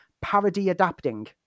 parody-adapting